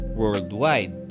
worldwide